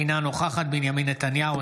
אינה נוכחת בנימין נתניהו,